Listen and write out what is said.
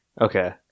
okay